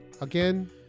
Again